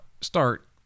start